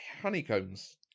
honeycombs